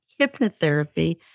hypnotherapy